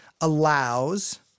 allows